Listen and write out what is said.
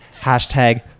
Hashtag